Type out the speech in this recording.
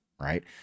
Right